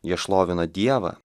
jie šlovino dievą